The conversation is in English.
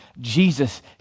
Jesus